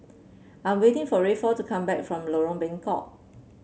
I'm waiting for Rayford to come back from Lorong Bengkok